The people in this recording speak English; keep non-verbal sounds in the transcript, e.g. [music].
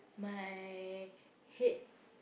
my [noise] head